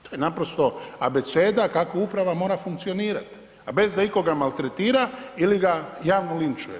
To je naprosto abeceda kako uprava mora funkcionirat, a bez da ikoga maltretira ili ga javno linčuje.